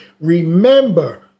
remember